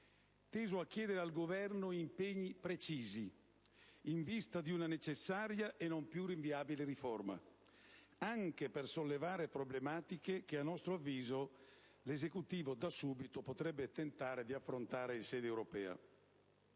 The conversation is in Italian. teso a chiedere al Governo impegni precisi in vista di una necessaria e non più rinviabile riforma - anche per sollevare problematiche che a nostro avviso l'Esecutivo da subito potrebbe tentare di affrontare in sede europea.